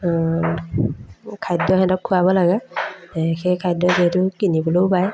খাদ্য সিহঁতক খুৱাব লাগে সেই খাদ্য যিহেতু কিনিবলৈও পায়